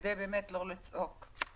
כדי לא לצעוק.